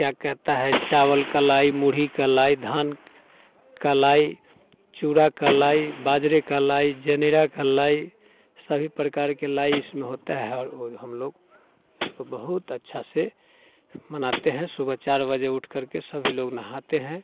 क्या कहता है चावल का लाई मुढ़ी का लाई धान का लाई चूड़ा का लाई बाजरे का लाई जेनेरा का लाई सभी प्रकार के लाई इसमें होता है और वो हम लोग इसको बहुत अच्छा से मनाते हैं सुबह चार बजे उठकर के सभी लोग नहाते हैं